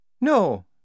No